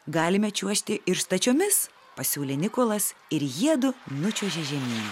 galime čiuožti ir stačiomis pasiūlė nikolas ir jiedu nučiuožė žemyn